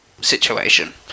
situation